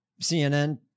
CNN